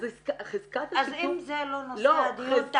אז אם זה לא נושא הדיון,